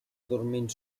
dormint